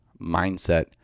mindset